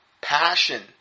passion